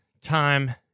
Time